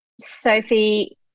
Sophie